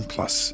Plus